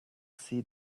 see